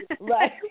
Right